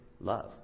love